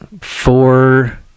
Four